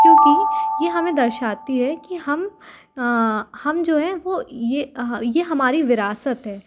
क्योंकि ये हमें दर्शाती है कि हम हम जो है वो ये ये हमारी विरासत है